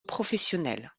professionnelle